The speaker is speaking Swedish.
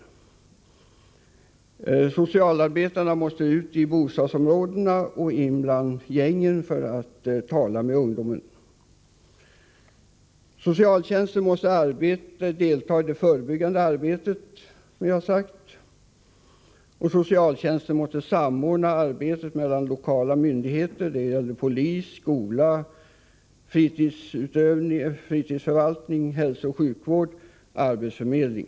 Socialarbetarna måste ut i bostadsområdena och in bland gängen för att tala med ungdomen. Socialtjänsten måste delta i det förebyggande arbetet och måste samordna verksamheten mellan lokala myndigheter såsom polis, skola, fritidsförvaltning, hälsooch sjukvård samt arbetsförmedling.